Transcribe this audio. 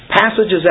Passages